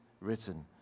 written